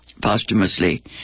posthumously